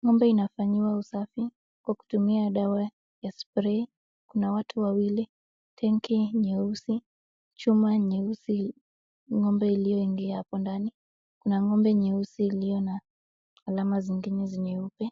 Ng'ombe inafanyiwa usafi kwa kutumia dawa ya cs[spray]cs. Kuna watu wawili, tenki nyeusi, chuma nyeusi ngombe iliyoingia hapo ndani. Kuna ngombe nyeusi iliyo na alama zingine zenyeupe.